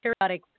periodic